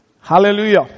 Hallelujah